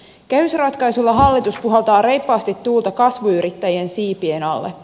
kehysratkaisulla hallitus puhaltaa reippaasti tuulta kasvuyrittäjien siipien alle